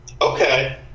Okay